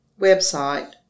website